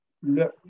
le